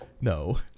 no